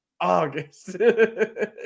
august